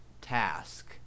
task